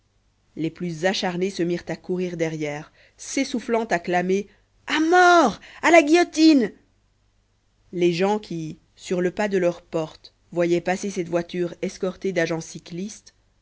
les plus acharnés se mirent à courir derrière s'essoufflant à clamer à mort à la guillotine les gens qui sur le pas de leur porte voyaient passer cette voiture escortée d'agents cyclistes